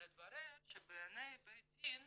אבל התברר שבעיני בית הדין